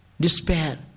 despair